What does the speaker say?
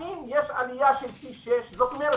כלומר,